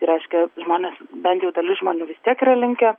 reiškia žmonės bent jau dalis žmonių vis tiek yra linkę